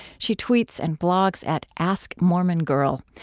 she tweets and blogs at ask mormon girl,